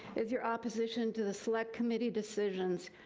is your opposition to the select committee decisions.